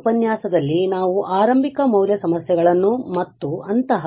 ಈ ಉಪನ್ಯಾಸದಲ್ಲಿ ನಾವು ಆರಂಭಿಕ ಮೌಲ್ಯ ಸಮಸ್ಯೆಗಳನ್ನು ಮತ್ತು ಅಂತಹ